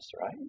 right